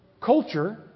Culture